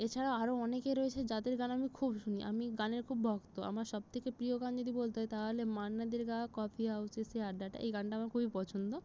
এছাড়া আরো অনেকে রয়েছে যাদের গান আমি খুব শুনি আমি গানের খুব ভক্ত আমার সবথেকে প্রিয় গান যদি বলতে হয় তাহলে মান্না দের গাওয়া কফি হাউজের সেই আড্ডাটা এই গানটা আমার খুবই পছন্দ